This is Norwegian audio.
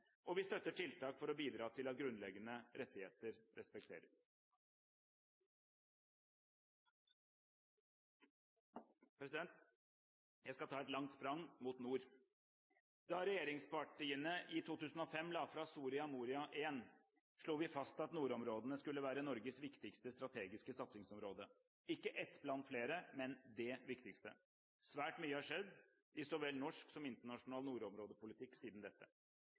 og vi støtter tiltak for å bidra til at grunnleggende rettigheter respekteres. Jeg skal ta et langt sprang – mot nord! Da regjeringspartiene i 2005 la fram Soria Moria I, slo vi fast at nordområdene skulle være Norges viktigste strategiske satsingsområde – ikke ett blant flere, men det viktigste. Svært mye har skjedd i så vel norsk som internasjonal nordområdepolitikk siden dette.